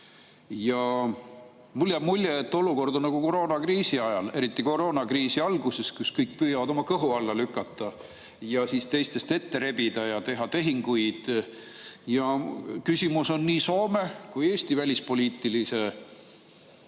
Ja mulle jääb mulje, et olukord on nagu koroonakriisi ajal, eriti koroonakriisi alguses, kui kõik püüavad oma kõhu alla lükata, teistest ette rebida ja teha tehinguid. Küsimus on nii Soome kui Eesti välispoliitilise